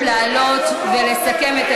לא להתרגש.